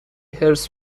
حرص